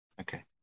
Okay